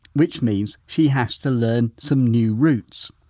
which means she has to learn some new routes.